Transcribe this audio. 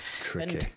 Tricky